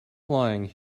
flying